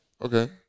Okay